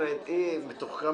בגלל